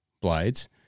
blades